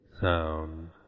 sound